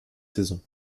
saisons